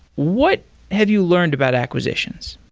what have you learned about acquisitions?